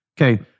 Okay